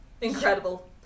Incredible